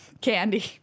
candy